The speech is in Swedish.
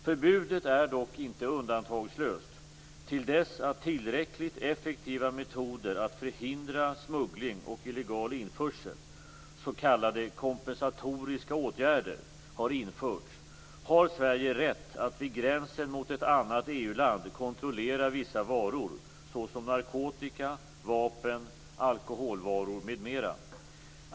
Förbudet är dock inte undantagslöst. Till dess att tillräckligt effektiva metoder att förhindra smuggling och illegal införsel, s.k. kompensatoriska åtgärder, har införts har Sverige rätt att vid gränsen mot ett annat EU-land kontrollera vissa varor såsom narkotika, vapen, alkoholvaror m.m.